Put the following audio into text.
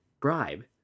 bribe